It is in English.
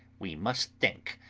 we must think.